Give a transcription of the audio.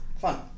Fun